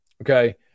okay